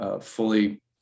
fully